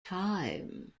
time